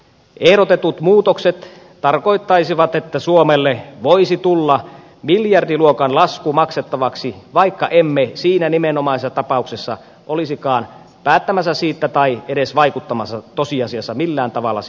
ehdotetut muutokset tarkoittaisivat että suomelle voisi tulla miljardiluokan lasku maksettavaksi vaikka emme siinä nimenomaisessa tapauksessa olisikaan päättämässä siitä tai edes vaikuttamassa tosiasiassa millään tavalla siihen päätökseen